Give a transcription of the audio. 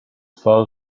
far